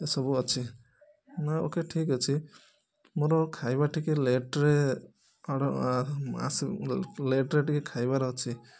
ଏସବୁ ଅଛି ଓ କେ ଠିକ ଅଛି ମୋର ଖାଇବା ଟିକିଏ ଲେଟ୍ରେ ଲେଟ୍ରେ ଟିକିଏ ଖାଇବାର ଅଛି